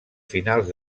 finals